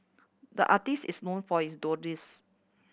the artist is known for his